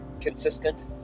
consistent